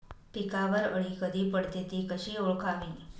पिकावर अळी कधी पडते, ति कशी ओळखावी?